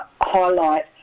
highlight